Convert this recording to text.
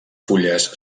fulles